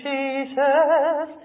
Jesus